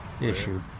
issue